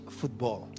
football